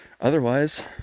Otherwise